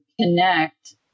connect